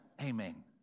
Amen